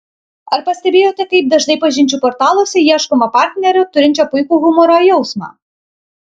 ar pastebėjote kaip dažnai pažinčių portaluose ieškoma partnerio turinčio puikų humoro jausmą